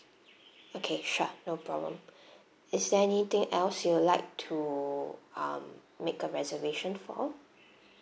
okay sure no problem is there anything else you'll like to um make a reservation for